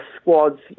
squads